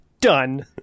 Done